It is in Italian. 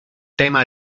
tema